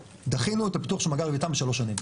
דחינו את הפיתוח של מאגר לוויתן בשלוש שנים.